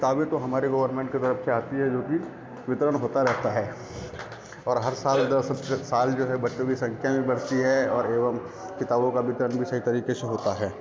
किताबें तो हमारे गवर्नमेंट की तरफ से आती है जो की वितरण होता रहता है और हर साल दस साल जो है बच्चों की संख्या भी बढ़ती है और एवम किताबों का वितरण भी सही तरीके से होता है